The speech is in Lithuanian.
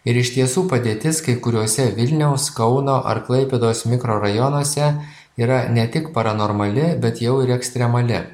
ir iš tiesų padėtis kai kuriose vilniaus kauno ar klaipėdos mikrorajonuose yra ne tik paranormali bet jau ir ekstremali